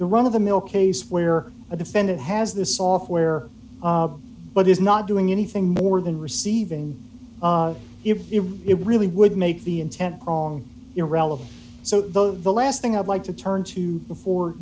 the run of the mill case where a defendant has the software but is not doing anything more than receiving if it really would make the intent wrong irrelevant so the last thing i'd like to turn to before